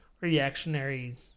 reactionary